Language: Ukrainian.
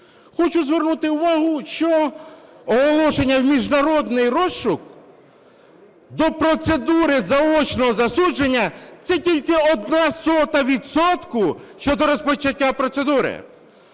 Хочу звернути увагу, що оголошення в міжнародний розшук до процедури заочного засудження – це тільки одна сота відсотка щодо розпочаття процедури.